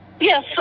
Yes